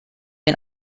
den